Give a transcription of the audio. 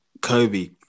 Kobe